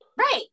right